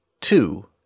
Two